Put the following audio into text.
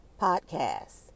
podcasts